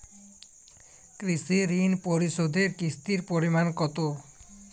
কৃষি ঋণ পরিশোধের কিস্তির পরিমাণ কতো?